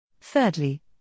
Thirdly